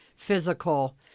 physical